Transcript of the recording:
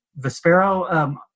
Vespero